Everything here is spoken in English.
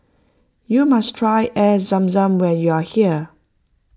you must try Air Zam Zam when you are here